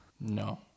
No